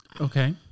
Okay